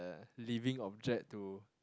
living object to